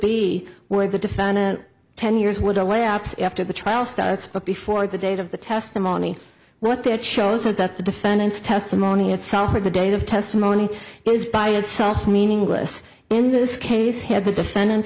where the defendant ten years would away ops after the trial starts but before the date of the testimony what that shows is that the defendant's testimony itself or the date of testimony is by itself meaningless in this case had the defendant